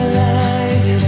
light